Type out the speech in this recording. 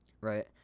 right